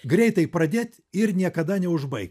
greitai pradėt ir niekada neužbaigt